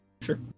Sure